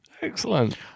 Excellent